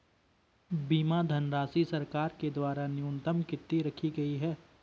बीमा धनराशि सरकार के द्वारा न्यूनतम कितनी रखी गई है?